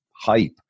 hype